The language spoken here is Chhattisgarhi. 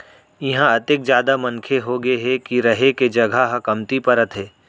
इहां अतेक जादा मनखे होगे हे के रहें के जघा ह कमती परत हे